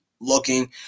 looking